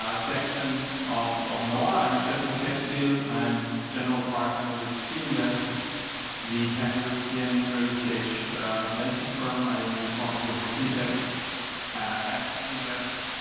ah section of of noah, i'm definitely still i'm general partner with speed invest the pan-european early-stage venture firm. i am responsible for fintech at speed invest.